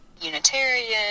unitarian